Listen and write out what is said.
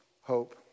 hope